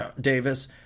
Davis